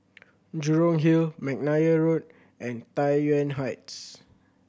Jurong Hill McNair Road and Tai Yuan Heights